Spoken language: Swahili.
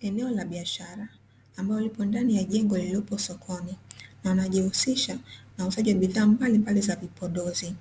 Eneo la biashara ambalo lipo ndani ya jengo lililopo sokoni, na wanajihusisha na uuzaji wa bidhaa mbalimbali za vipodozi,